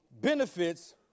benefits